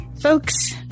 Folks